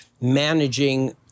managing